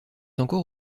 encore